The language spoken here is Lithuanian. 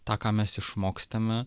tą ką mes išmokstame